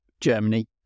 Germany